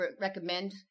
recommend